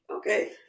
Okay